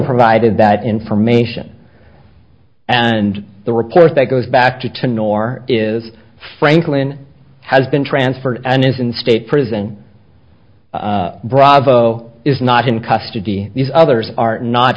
provided that information and the report that goes back to ten or is franklin has been transferred and is in state prison bravo is not in custody these others are not